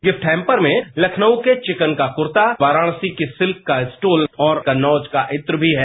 gift hamper में लखनऊ के विकन का कुर्ता वाराणसी की सिल्क का स्टोल और कन्नौज का इत्र भी है